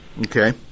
Okay